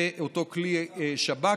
ואותו כלי שב"כ.